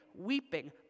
weeping